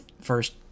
first